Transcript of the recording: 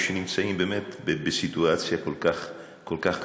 שנמצאים באמת בסיטואציה כל כך כל כך קשה.